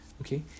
Okay